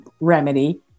remedy